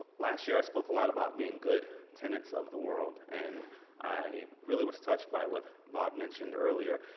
last year i spoke a lot about being good tenants of the world and i really was touched by what bob mentioned earlier.